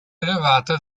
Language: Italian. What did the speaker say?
elevata